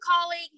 colleague